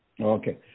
Okay